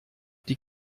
die